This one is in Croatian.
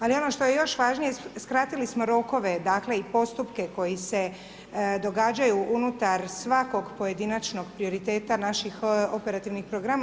Ali i ono što je još važnije, skratili smo rokove, dakle i postupke koji se događaju unutar svakog pojedinačnog prioriteta naših operativnih programa.